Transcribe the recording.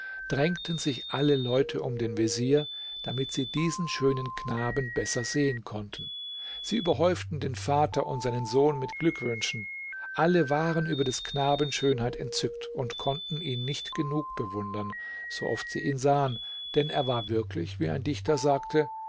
drängten sich alle leute um den vezier damit sie diesen schönen knaben besser sehen konnten sie überhäuften den vater und seinen sohn mit glückwünschen alle waren über des knaben schönheit entzückt und konnten ihn nicht genug bewundern so oft sie ihn sahen denn er war wirklich wie ein dichter sagte